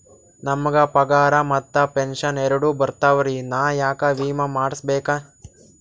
ನಮ್ ಗ ಪಗಾರ ಮತ್ತ ಪೆಂಶನ್ ಎರಡೂ ಬರ್ತಾವರಿ, ನಾ ಯಾಕ ವಿಮಾ ಮಾಡಸ್ಬೇಕ?